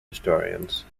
historians